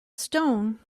stone